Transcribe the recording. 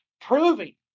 proving